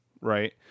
right